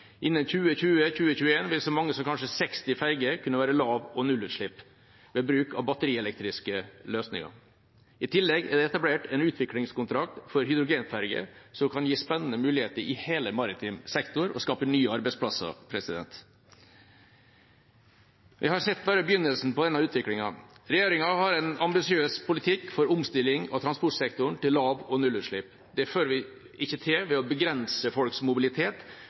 Innen 2020/2021 vil kanskje så mange som 60 ferger være lav- og nullutslippsferger ved bruk av batterielektriske løsninger. I tillegg er det etablert en utviklingskontrakt for hydrogenferger, som kan gi spennende muligheter i hele maritim sektor og skape nye arbeidsplasser. Vi har bare sett begynnelsen på denne utviklingen. Regjeringa har en ambisiøs politikk for omstilling av transportsektoren til lav- og nullutslipp. Det får vi ikke til ved å begrense folks mobilitet